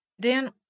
Dan